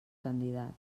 candidat